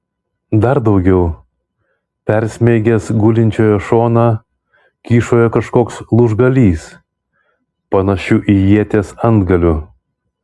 dar daugiau persmeigęs gulinčiojo šoną kyšojo kažkoks lūžgalys panašiu į ieties antgaliu